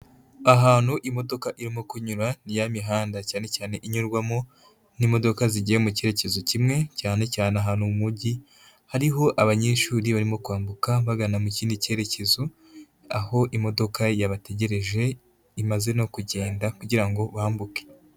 Ahantu imodoka irimo kunyura, ni ya mihanda cyane cyane inyurwamo, n'imodoka zigiye mu cyerekezo kimwe, cyane cyane ahantu mu mujyi, hariho abanyeshuri barimo kwambuka bagana mu kindi cyerekezo, aho imodoka yabategereje, imaze no kugenda kugira ngo bambuke.